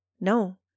no